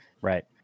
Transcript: right